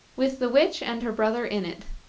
with the witch and her brother in it.